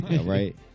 right